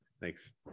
Thanks